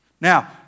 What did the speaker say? Now